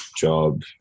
job